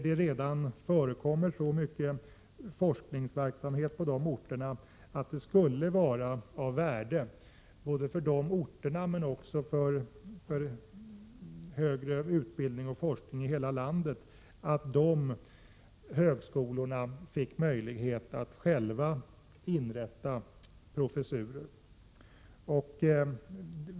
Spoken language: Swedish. Det förekommer redan så mycket forskningsverksamhet på de orterna, att det skulle vara av värde, både för de orterna och för högre utbildning och forskning i hela landet, att högskolorna där fick möjlighet att själva inrätta professurer.